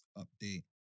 update